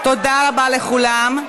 תודה רבה לכולם,